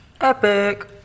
Epic